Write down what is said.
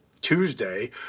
Tuesday